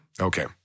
Okay